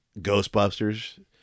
Ghostbusters